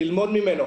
ללמוד ממנו.